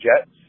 Jets